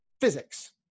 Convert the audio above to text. physics